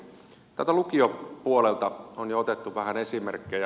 tältä lukiopuolelta on jo otettu vähän esimerkkejä